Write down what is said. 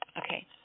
Okay